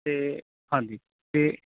ਅਤੇ ਹਾਂਜੀ ਅਤੇ